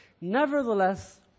Nevertheless